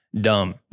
dumb